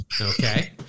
Okay